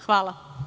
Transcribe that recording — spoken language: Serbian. Hvala.